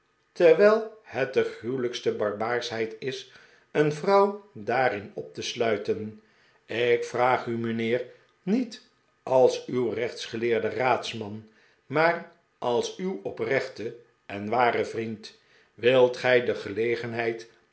terwijl het de gruwelijkste barbaarschheid is een vrouw daarin op te sluiten ik vraag u mijnheer niet als uw rechtsgeleerde raadsman maar als uw oprechte en ware vriend wilt gij de gelegenheid